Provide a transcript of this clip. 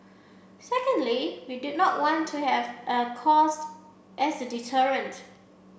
secondly we did not want to have a cost as a deterrent